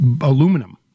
aluminum